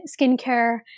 skincare